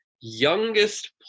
youngest